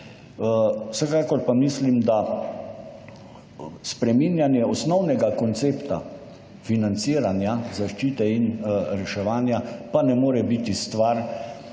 vsekakor pa mislim, da spreminjanje osnovnega koncepta financiranja zaščite in reševanja pa ne more biti stvar